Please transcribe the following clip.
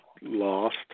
lost